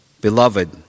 Beloved